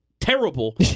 Terrible